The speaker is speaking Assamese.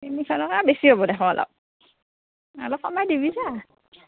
তিনিশ টকা বেছি হ'ব দেখোন অলপ অলপ কমাই দিবি যা